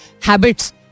habits